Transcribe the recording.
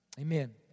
amen